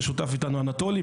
ששותף איתנו אנטולי,